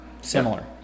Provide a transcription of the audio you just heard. Similar